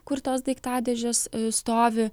kur tos daiktadėžės stovi